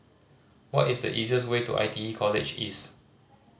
what is the easiest way to I T E College East